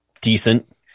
decent